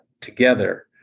together